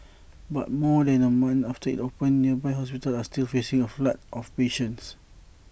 but more than A month after IT opened nearby hospitals are still facing A flood of patients